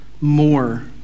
more